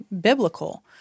biblical